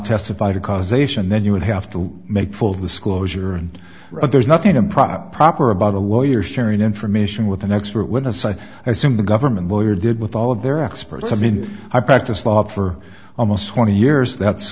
testify to causation then you would have to make full disclosure and right there's nothing improper proper about a lawyer sharing information with an expert witness i assume the government lawyer did with all of their experts i mean i practiced law for almost twenty years that's